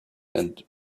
and